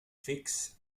fix